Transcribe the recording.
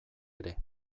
ere